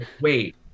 wait